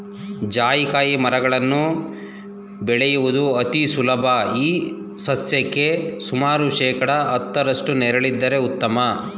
ಜಾಯಿಕಾಯಿ ಮರಗಳನ್ನು ಬೆಳೆಯುವುದು ಅತಿ ಸುಲಭ ಈ ಸಸ್ಯಕ್ಕೆ ಸುಮಾರು ಶೇಕಡಾ ಹತ್ತರಷ್ಟು ನೆರಳಿದ್ದರೆ ಉತ್ತಮ